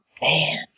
Man